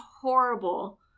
horrible